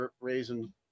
raising